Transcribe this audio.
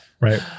Right